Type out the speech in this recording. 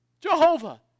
Jehovah